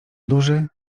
duży